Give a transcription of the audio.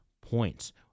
points